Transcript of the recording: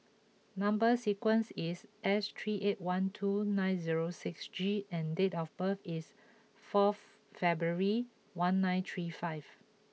number sequence is S three eight one two nine zero six G and date of birth is fourth February one nine three five